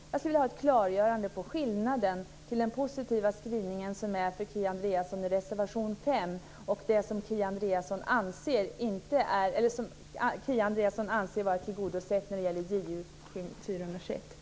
Jag skulle vilja ha ett klargörande av skillnaden mellan den som Kia Andreasson anser positiva skrivningen i reservation 5 och det som Kia Andreasson anser vara tillgodosett när det gäller motion Ju721.